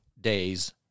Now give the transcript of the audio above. days